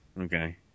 okay